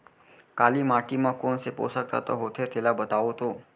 काली माटी म कोन से पोसक तत्व होथे तेला बताओ तो?